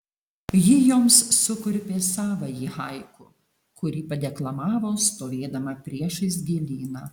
ji joms sukurpė savąjį haiku kurį padeklamavo stovėdama priešais gėlyną